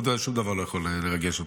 שום דבר לא יכול לרגש אותה.